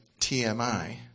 TMI